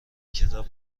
کتاب